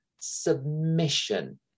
submission